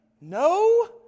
no